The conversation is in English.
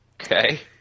okay